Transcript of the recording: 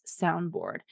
soundboard